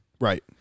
Right